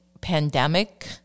pandemic